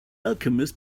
alchemist